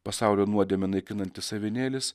pasaulio nuodėmę naikinantis avinėlis